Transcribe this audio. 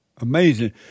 Amazing